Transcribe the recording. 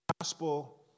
gospel